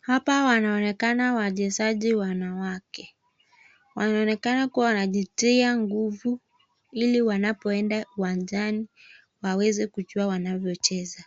Hapa wanaonekana wachezaji wanawake. Wanaonekana kuwa wanajitia nguvu ili wanapoenda uwanjani waweze kujua wanavyocheza.